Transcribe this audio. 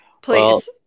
Please